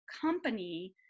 company